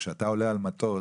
שכשאתה עולה על מטוס,